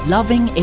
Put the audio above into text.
Loving